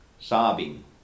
sobbing